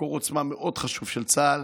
מקור עוצמה מאוד חשוב של צה"ל.